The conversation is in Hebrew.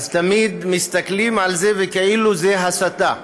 תמיד מסתכלים על זה כאילו זו הסתה,